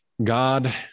God